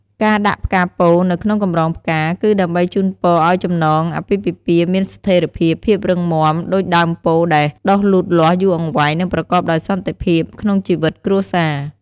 ការដាក់ផ្កាពោធិ៍ នៅក្នុងកម្រងផ្កា គឺដើម្បីជូនពរឱ្យចំណងអាពាហ៍ពិពពាហ៍មាន ស្ថេរភាព ភាពរឹងមាំ ដូចដើមពោធិ៍ដែលដុះលូតលាស់យូរអង្វែង និងប្រកបដោយ សន្តិភាព ក្នុងជីវិតគ្រួសារ។